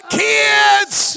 kids